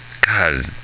God